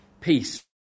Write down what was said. peace